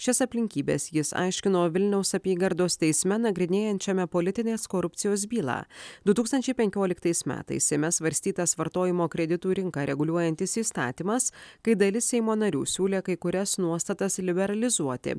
šias aplinkybes jis aiškino vilniaus apygardos teisme nagrinėjančiame politinės korupcijos bylą du tūkstančiai penkioliktais metais seime svarstytas vartojimo kreditų rinką reguliuojantis įstatymas kai dalis seimo narių siūlė kai kurias nuostatas liberalizuoti